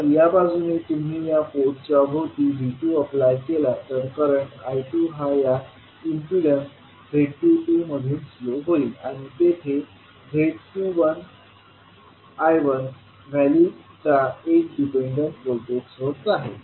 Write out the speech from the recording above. जर या बाजूने तुम्ही या पोर्टच्या भोवती V2अप्लाय केला तर करंट I2हा या इम्पीडन्स z22मधून फ्लो होईल आणि तेथे z21I1व्हॅल्यू चा एका डिपेंडंट व्होल्टेज सोर्स आहे